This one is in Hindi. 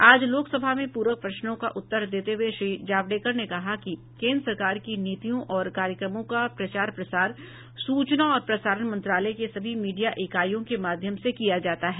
आज लोकसभा में पूरक प्रश्नों का उत्तर देते हुए श्री जावड़ेकर ने कहा कि केंद्र सरकार की नीतियों और कार्यक्रमों का प्रचार प्रसार सूचना और प्रसारण मंत्रालय के सभी मीडिया इकाईयों के माध्यम से किया जाता है